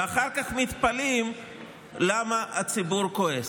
ואחר כך מתפלאים למה הציבור כועס.